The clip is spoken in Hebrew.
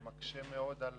זה מקשה מאוד על